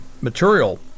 material